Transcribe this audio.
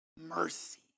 mercy